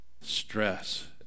Stress